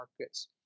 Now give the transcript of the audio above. markets